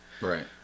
Right